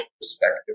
perspective